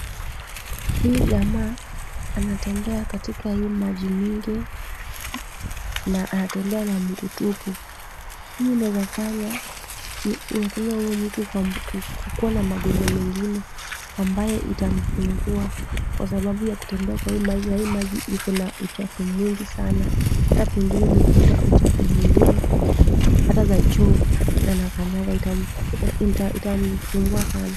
Huyu jamaa anatembea katika hii maji mingi na anatembea na mguu tupu. Hii inaweza fanya huyu mtu kukuwa na magonjwa mengine ambayo itamsumbua kwa sababu ya kutembea kwa hii maji na hii maji iko na uchafu mwingi sana hata pengine imevuta uchafu zingine hata za choo na anakanyaga, itamsumbua sana.